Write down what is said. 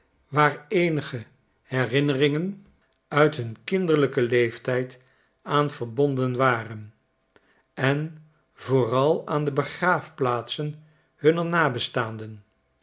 waar eenige herinneringen uit hun kinderlijken leeftijd aan verbonden waren en vooral aan de begraafplaatsen hunner nabestaanden